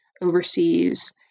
overseas